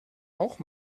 auch